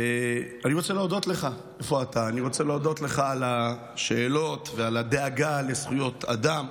אני רוצה להודות לך על השאלות ועל הדאגה לזכויות אדם.